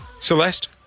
Celeste